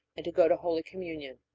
and to go to holy communion.